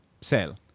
sell